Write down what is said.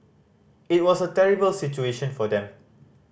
it was a terrible situation for them